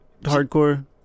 hardcore